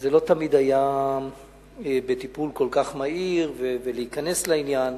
לא תמיד זה היה בטיפול כל כך מהיר, להיכנס לעניין,